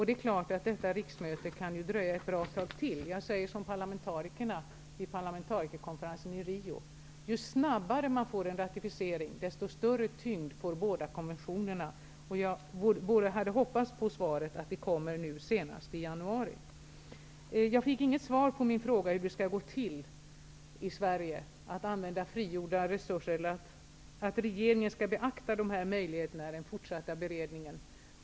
Det är klart att det kan dröja ett bra tag till. Jag säger som parlamentarikerna vid parlamentarikerkonferensen i Rio att ju snabbare man får en ratificering, desto större tyngd får båda konventionerna. Jag hade hoppats på att få svaret att propositionen kommer att läggas fram senast i januari. Jag fick inget svar på min fråga hur det skall gå till i Sverige att använda frigjorda resurser eller om regeringen skall beakta dessa möjligheter i den fortsatta beredningen.